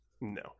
No